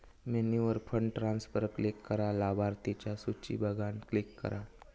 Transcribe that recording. मेन्यूवर फंड ट्रांसफरवर क्लिक करा, लाभार्थिंच्या सुची बघान क्लिक करा